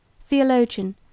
theologian